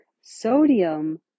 sodium